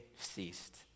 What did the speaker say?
ceased